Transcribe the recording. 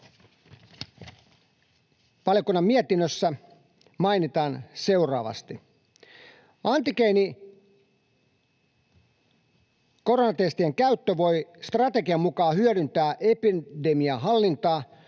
valiokunnan mietinnössä mainitaan seuraavasti: ”Antigeenikoronatestien käyttö voi strategian mukaan hyödyttää epidemian hallintaa,